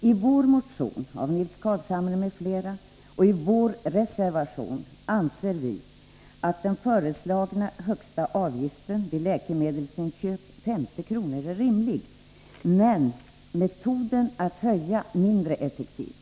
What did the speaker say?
I vår motion av Nils Carlshamre m.fl. och i vår reservation anser vi att den föreslagna högsta avgiften vid läkemedelsinköp, 50 kr., är rimlig, men metoden att höja mindre effektiv.